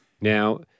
Now